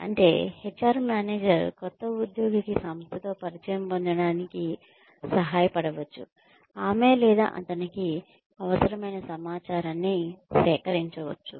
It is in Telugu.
అంటే హెచ్ఆర్ మేనేజర్ కొత్త ఉద్యోగికి సంస్థతో పరిచయం పొందడానికి సహాయపడవచ్చు ఆమె లేదా అతనికి అవసరమైన సమాచారాన్ని సేకరించవచ్చు